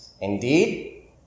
indeed